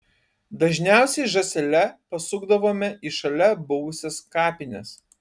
dažniausiai žąsele pasukdavome į šalia buvusias kapines